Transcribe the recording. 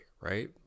right